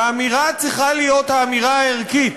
והאמירה צריכה להיות האמירה הערכית.